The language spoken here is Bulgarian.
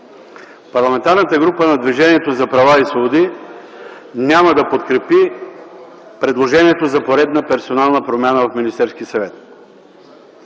Парламентарната група на Движението за права и свободи няма да подкрепи предложението за поредна персонална промяна в Министерския съвет.